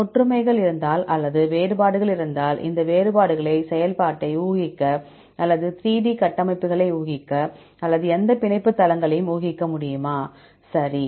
ஒற்றுமைகள் இருந்தால் அல்லது வேறுபாடுகள் இருந்தால் இந்த வேறுபாடுகளை செயல்பாட்டை ஊகிக்க அல்லது 3 D கட்டமைப்புகளை ஊகிக்க அல்லது எந்த பிணைப்பு தளங்களையும் ஊகிக்க முடியுமா சரி